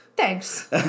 Thanks